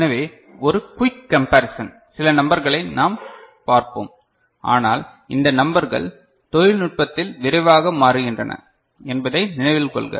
எனவே ஒரு quick comparison சில நம்பர்களை நாம் பார்ப்போம் ஆனால் இந்த நம்பர்கள் தொழில்நுட்பத்தில் விரைவாக மாறுகின்றன என்பதை நினைவில் கொள்க